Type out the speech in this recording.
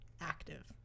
active